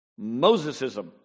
Mosesism